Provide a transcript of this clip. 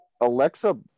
Alexa